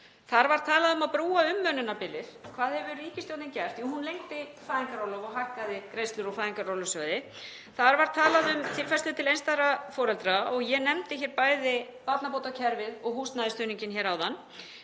Þar var talað um að brúa umönnunarbilið. Hvað hefur ríkisstjórnin gert? Hún lengdi fæðingarorlofið og hækkaði greiðslur úr Fæðingarorlofssjóði. Þar var talað um tilfærslu til einstæðra foreldra og ég nefndi bæði barnabótakerfið og húsnæðisstuðninginn hér áðan.